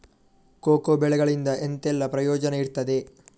Cocoa ಬೆಳೆಗಳಿಂದ ಎಂತೆಲ್ಲ ಪ್ರಯೋಜನ ಇರ್ತದೆ?